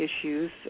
issues